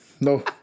No